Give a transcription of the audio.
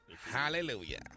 Hallelujah